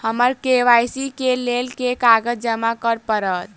हमरा के.वाई.सी केँ लेल केँ कागज जमा करऽ पड़त?